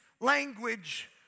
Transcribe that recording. language